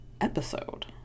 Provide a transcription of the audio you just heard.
episode